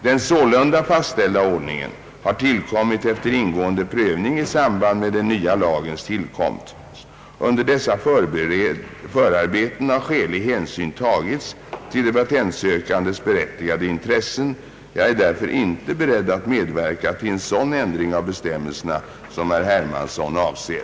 Den sålunda fastställda ordningen har tillkommit efter ingående prövning i samband med den nya lagens tillkomst. Under dessa förarbeten har skälig hänsyn tagits till de patentsökandes berättigade intressen. Jag är därför inte beredd att medverka till en sådan ändring av bestämmelserna som herr Hermansson avser.